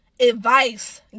advice